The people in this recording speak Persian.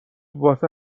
واسه